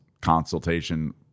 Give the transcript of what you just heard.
consultation